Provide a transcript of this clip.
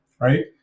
Right